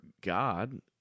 God